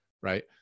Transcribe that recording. right